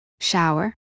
shower